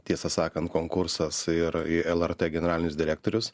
tiesą sakant konkursas ir į lrt generalinius direktorius